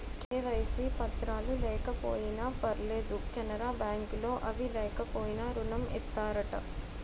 KYC పత్రాలు లేకపోయినా పర్లేదు కెనరా బ్యాంక్ లో అవి లేకపోయినా ఋణం ఇత్తారట